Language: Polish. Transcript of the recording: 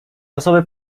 osoby